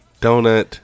donut